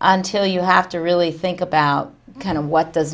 until you have to really think about kind of what